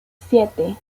siete